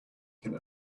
can